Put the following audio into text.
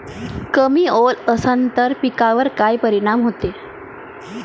कमी ओल असनं त पिकावर काय परिनाम होते?